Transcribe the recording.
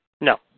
no